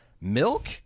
Milk